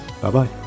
Bye-bye